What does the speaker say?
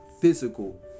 physical